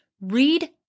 read